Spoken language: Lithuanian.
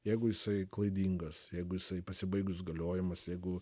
jeigu jisai klaidingas jeigu jisai pasibaigus galiojimas jeigu